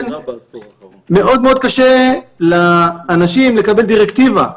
ולכן מאוד מאוד קשה לאנשים לקבל דירקטיבה,